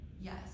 yes